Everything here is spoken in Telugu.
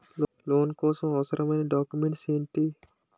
లోన్ కోసం అవసరమైన డాక్యుమెంట్స్ ఎంటి?